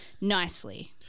nicely